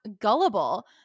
gullible